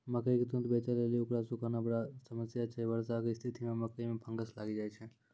मकई के तुरन्त बेचे लेली उकरा सुखाना बड़ा समस्या छैय वर्षा के स्तिथि मे मकई मे फंगस लागि जाय छैय?